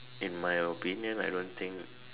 in my opinion I don't think